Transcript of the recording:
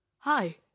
Hi